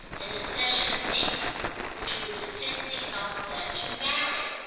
an accession of income which would distinctly help them to marry.